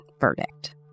verdict